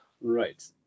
right